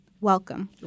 Welcome